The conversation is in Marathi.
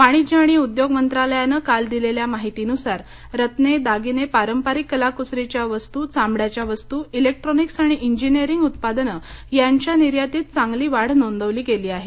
वाणिज्य आणि उद्योग मंत्रालयानं काल दिलेल्या माहितीनुसार रत्ने दागिने पारंपारिक कलाकुसरीच्या वस्तू चामड्याच्या वस्तू इलेक्ट्रोनिक्स आणि इंजिनीअरिंग उत्पादने यांच्या निर्यातीत चांगली वाढ नोंदवली गेली आहे